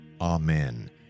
Amen